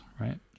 right